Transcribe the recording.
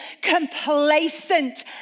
complacent